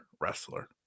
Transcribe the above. wrestler